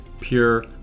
pure